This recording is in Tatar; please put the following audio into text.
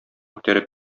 күтәреп